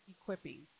equipping